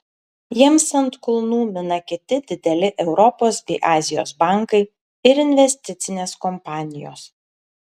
jiems ant kulnų mina kiti dideli europos bei azijos bankai ir investicinės kompanijos